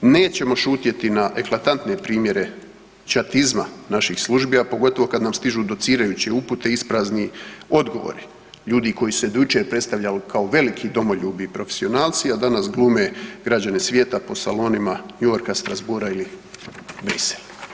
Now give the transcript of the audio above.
Nećemo šutjeti na eklatantne primjere „ćatizma“ naših službi, a pogotovo kad nam stižu docirajući upute isprazni odgovori, ljudi koji su se do jučer predstavljali kao veliki domoljubi i profesionalci, a danas glume građane svijeta po salonima New Yorka, Strasbourga ili Bruxellesa.